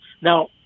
Now